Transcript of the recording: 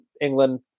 England